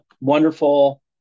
wonderful